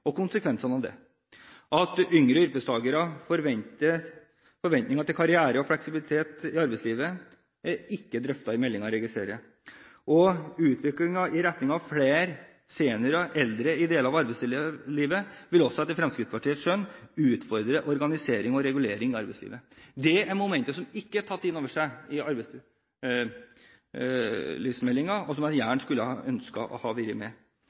og konsekvensene av det. Yngre yrkestakeres forventninger til karriere og fleksibilitet i arbeidslivet er ikke drøftet i meldingen, registrerer jeg. Utviklingen i retning av flere seniorer og eldre i arbeidslivet vil også etter Fremskrittspartiets skjønn utfordre organisering og regulering av arbeidslivet. Det er momenter som man ikke har tatt inn over seg i arbeidslivsmeldingen, og som jeg gjerne skulle ønske hadde vært med. Derfor mener Fremskrittspartiet at det for første gang er viktig å